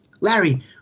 Larry